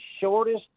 shortest